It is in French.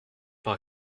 par